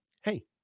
Hey